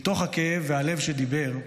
מתוך הכאב והלב שדיבר,